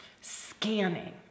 scanning